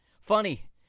Funny